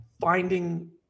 finding